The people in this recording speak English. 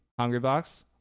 Hungrybox